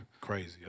Crazy